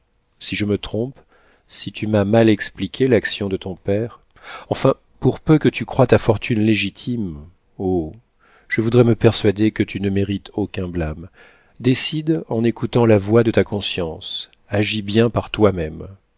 si je me trompe si tu m'as mal expliqué l'action de ton père enfin pour peu que tu croies ta fortune légitime oh je voudrais me persuader que tu ne mérites aucun blâme décide en écoutant la voix de ta conscience agis bien par toi-même